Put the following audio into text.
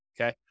okay